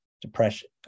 depression